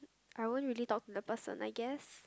I won't really talk to the person I guess